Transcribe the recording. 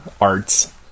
arts